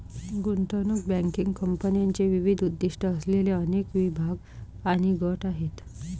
गुंतवणूक बँकिंग कंपन्यांचे विविध उद्दीष्टे असलेले अनेक विभाग आणि गट आहेत